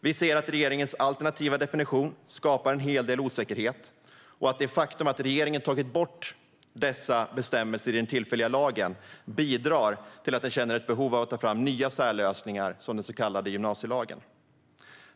Vi anser att regeringens alternativa definition skapar en hel del osäkerhet och att faktumet att regeringen tagit bort dessa bestämmelser i den tillfälliga lagen bidrar till att den känner ett behov av att ta fram nya särlösningar, som den så kallade gymnasielagen.